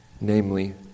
Namely